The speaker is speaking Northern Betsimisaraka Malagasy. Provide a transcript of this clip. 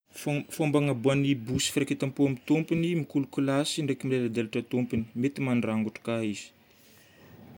Fomba agnaboahan'ny bosy firaiketam-po amin'ny tompony: mikolokolasy ndraiky mileladelatra tompony. Mety mandrangotro koa izy.